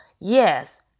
yes